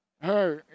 hey